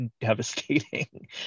devastating